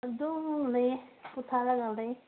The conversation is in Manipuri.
ꯑꯗꯨꯝ ꯂꯩꯌꯦ ꯄꯣꯊꯥꯔꯒ ꯂꯩ